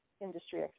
industry